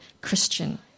Christian